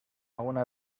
una